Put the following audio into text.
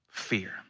fear